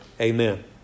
Amen